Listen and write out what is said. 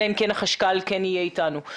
אלא אם כן החשכ"ל כן יהיה איתנו.